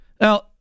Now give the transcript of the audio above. Now